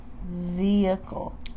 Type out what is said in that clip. Vehicle